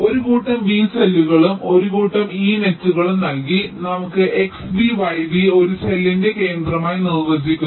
ഒരു കൂട്ടം V സെല്ലുകളും ഒരു കൂട്ടം E നെറ്റുകളും നൽകി നമ്മൾ xv yv ഒരു സെല്ലിന്റെ കേന്ദ്രമായി നിർവചിക്കുന്നു